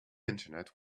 internet